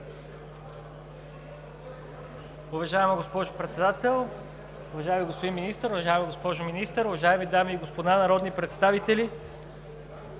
Уважаема госпожо Председател, уважаеми господин Министър, уважаема госпожо Министър, уважаеми дами и господа народни представители!